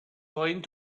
going